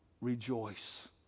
rejoice